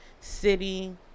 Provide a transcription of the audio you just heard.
city